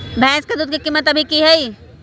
भैंस के दूध के कीमत अभी की हई?